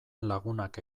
lagunak